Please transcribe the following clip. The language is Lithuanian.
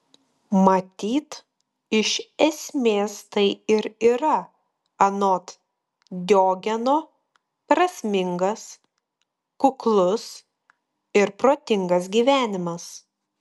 matyt iš esmės tai ir yra anot diogeno prasmingas kuklus ir protingas gyvenimas